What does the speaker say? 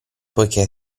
poiché